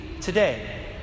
today